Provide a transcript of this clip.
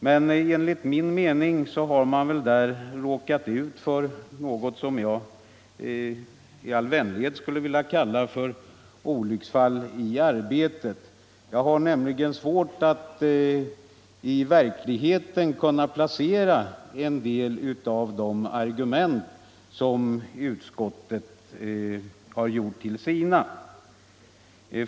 Men enligt min mening har man där råkat ut för något som jag i all vänlighet skulle vilja kalla för olycksfall i arbetet. Jag har nämligen svårt att i verklighetens värld kunna placera en del av de argument som utskottet har gjort till sina.